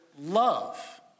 love